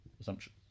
assumption